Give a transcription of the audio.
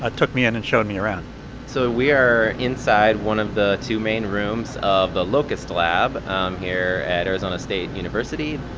ah took me in and showed me around so we are inside one of the two main rooms of the locust lab here at arizona state university.